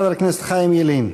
חבר הכנסת חיים ילין.